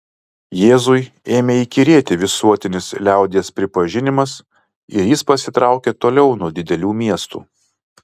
jėzui ėmė įkyrėti visuotinis liaudies pripažinimas ir jis pasitraukė toliau nuo didelių miestų